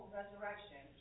resurrection